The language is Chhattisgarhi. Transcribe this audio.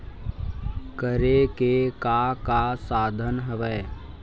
करे के का का साधन हवय?